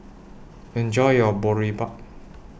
Enjoy your Boribap